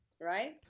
Right